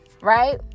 right